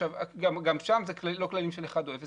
גם שם זה לא כללים של אחד או אפס,